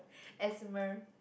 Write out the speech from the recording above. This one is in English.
asthma